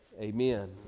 amen